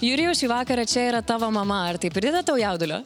jurijus šį vakarą čia yra tavo mama ar tai prideda jaudulio